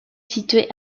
située